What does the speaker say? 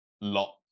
lot